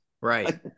Right